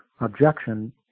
objection